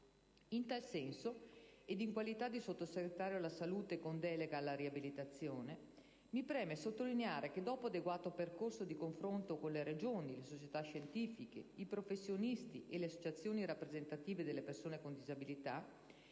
In tal senso, ed in qualità di Sottosegretario per la salute con delega alla riabilitazione, mi preme sottolineare che, dopo adeguato percorso di confronto con le Regioni, le società scientifiche, i professionisti e le associazioni rappresentative delle persone con disabilità,